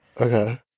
Okay